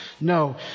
No